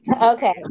Okay